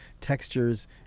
textures